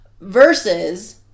Versus